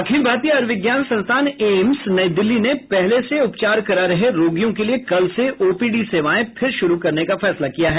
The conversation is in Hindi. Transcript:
अखिल भारतीय आयूर्विज्ञान संस्थान एम्स नई दिल्ली ने पहले से उपचार करा रहे रोगियों के लिए कल से ओपीडी सेवाएं फिर शुरू करने का फैसला किया है